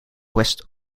west